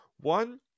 One